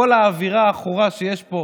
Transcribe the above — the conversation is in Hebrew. כל האווירה העכורה שיש פה?